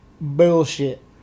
Bullshit